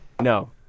no